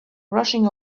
rushing